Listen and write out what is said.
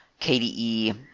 KDE